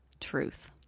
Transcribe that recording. truth